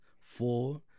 four